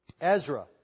Ezra